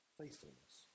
faithfulness